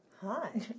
Hi